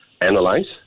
analyze